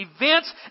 events